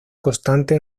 constante